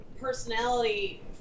personality